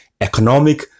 economic